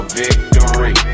victory